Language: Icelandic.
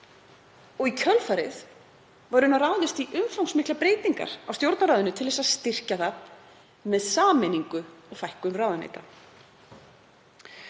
Í kjölfarið var ráðist í umfangsmiklar breytingar á Stjórnarráðinu til að styrkja það með sameiningu og fækkun ráðuneyta.